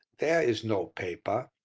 there is no paper.